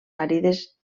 àrides